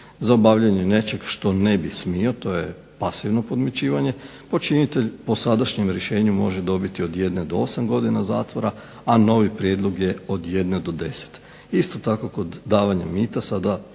Za obavljanje nečeg što ne bi smio, to je masivno podmićivanje, počinitelj po sadašnjem rješenju može dobiti od 1 do 8 godina zatvora, a novi prijedlog je od 1 do 10. Isto tako kod davanja mita sada